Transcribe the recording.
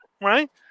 right